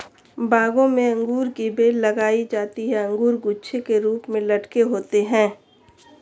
बागों में अंगूर की बेल लगाई जाती है अंगूर गुच्छे के रूप में लटके होते हैं